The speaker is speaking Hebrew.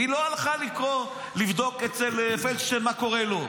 היא לא הלכה לבדוק אצל פלדשטיין מה קורה לו.